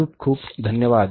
खूप खूप धन्यवाद